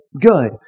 good